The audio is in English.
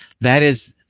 that is